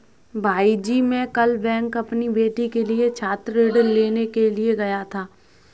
भाईजी मैं कल बैंक अपनी बेटी के लिए छात्र ऋण लेने के लिए गया था